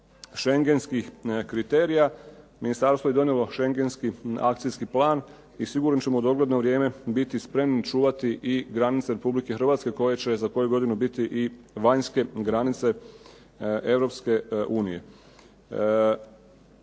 Šengenskih kriterija. Ministarstvo je donijelo Šengenski akcijski plan i sigurno ćemo u dogledno vrijeme biti spremni čuvati i granice Republike Hrvatske koje će za koju godinu biti i vanjske granice